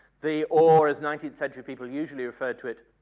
the or as nineteenth century people usually referred to it,